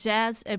Jazz